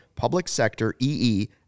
publicsectoree